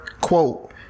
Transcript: quote